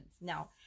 Now